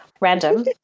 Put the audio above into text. random